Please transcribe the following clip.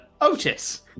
Otis